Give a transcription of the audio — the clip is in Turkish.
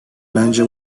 bence